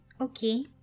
Okay